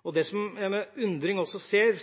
skapt. Det som jeg med undring også ser,